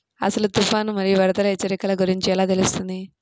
అసలు తుఫాను మరియు వరదల హెచ్చరికల గురించి ఎలా తెలుస్తుంది?